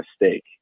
mistake